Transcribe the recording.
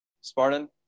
Spartan